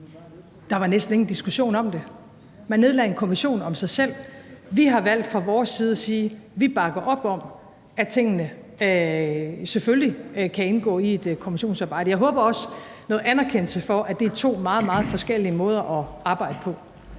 Der var næsten ingen diskussion om det. Man nedlagde en kommission om sig selv. Vi har fra vores side valgt at sige: Vi bakker op om, at tingene selvfølgelig kan indgå i et kommissionsarbejde. Jeg håber også på noget anerkendelse for, at det er to meget, meget forskellige måder at arbejde på.